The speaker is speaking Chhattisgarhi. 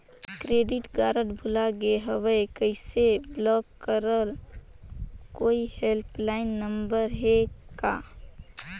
क्रेडिट कारड भुला गे हववं कइसे ब्लाक करव? कोई हेल्पलाइन नंबर हे का?